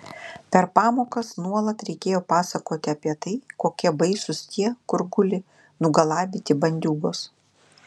per pamokas nuolat reikėjo pasakoti apie tai kokie baisūs tie kur guli nugalabyti bandiūgos